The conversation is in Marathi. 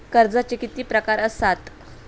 कर्जाचे किती प्रकार असात?